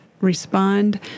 respond